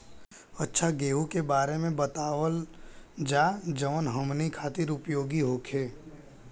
अच्छा गेहूँ के बारे में बतावल जाजवन हमनी ख़ातिर उपयोगी होखे?